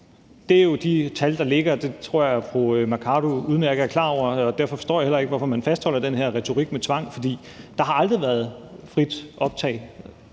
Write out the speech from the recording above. Det er jo de tal, der ligger, og det tror jeg at fru Mai Mercado udmærket er klar over; derfor forstår jeg heller ikke, hvorfor man fastholder den her retorik om tvang, for der har aldrig været frit optag.